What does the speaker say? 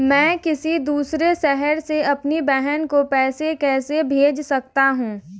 मैं किसी दूसरे शहर से अपनी बहन को पैसे कैसे भेज सकता हूँ?